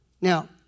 Now